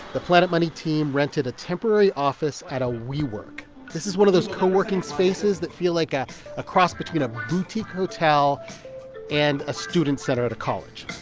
the planet money team rented a temporary office at a wework. this is one of those co-working spaces that feel like a a cross between a boutique hotel and a student center at a college